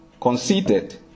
conceited